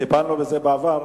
טיפלנו בזה בעבר,